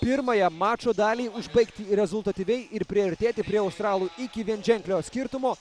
pirmąją mačo dalį užbaigti rezultatyviai ir priartėti prie australų iki vienženklio skirtumo